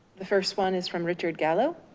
the first one is from richard gallo.